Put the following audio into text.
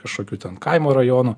kažkokių ten kaimo rajonų